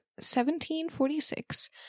1746